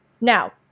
now